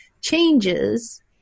changes